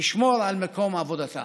לשמור על מקום עבודתם.